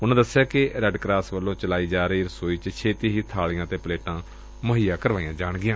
ਉਨਾਂ ਕਿਹਾ ਕਿ ਰੈੱਡ ਕਰਾਸ ਵੱਲੋਂ ਚਲਾਈ ਜਾ ਰਹੀ ਰਸੋਈ ਚ ਛੇਤੀ ਹੀ ਬਾਲੀਆਂ ਤੇ ਪਲੇਟਾਂ ਮੁਹੱਈਆ ਕਰਵਾਈਆਂ ਜਾਣਗੀਆਂ